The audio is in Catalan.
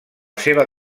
seva